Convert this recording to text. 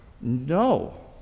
No